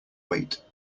weight